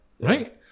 right